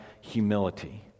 humility